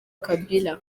kabila